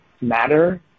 matter